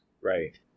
Right